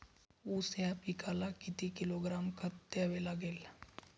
ऊस या पिकाला किती किलोग्रॅम खत द्यावे लागेल?